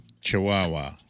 Chihuahua